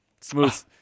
Smooth